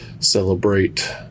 celebrate